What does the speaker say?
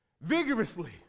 vigorously